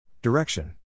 Direction